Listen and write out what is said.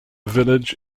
village